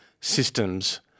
systems